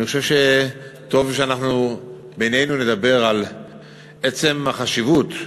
אני חושב שטוב שאנחנו בינינו נדבר על עצם החשיבות,